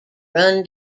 run